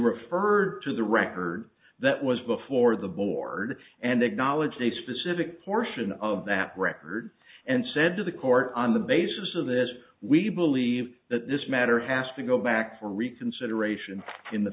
referred to the record that was before the board and that knowledge to a specific portion of that record and said to the court on the basis of this we believe that this matter has to go back for reconsideration in the